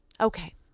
Okay